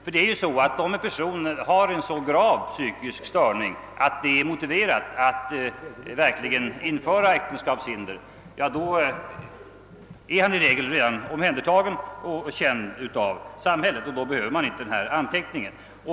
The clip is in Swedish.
Om en person har en så grav psykisk störning att det är motiverat att införa äktenskapshinder, är han i regel redan omhändertagen och känd av samhället; då behövs inte anteckningen.